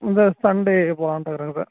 இந்த சண்டே போகலான்ட்டு இருக்கிறோங்க சார்